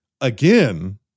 again